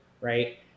right